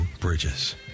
Bridges